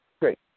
Great